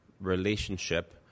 relationship